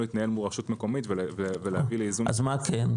להתנהל מול רשות מקומית ולהביא לאיזון -- אז מה כן?